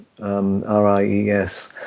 R-I-E-S